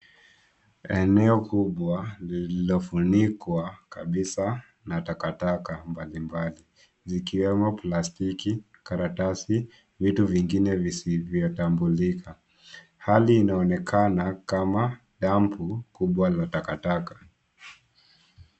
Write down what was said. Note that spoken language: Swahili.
Eneo kubwa lililofunikwa kabisa na takataka mbalimbali zikiwemo plastiki, karatasi, vitu vingine visivyotambulika. Hali inaonekana kama dampu kubwa la takataka.